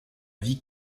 vie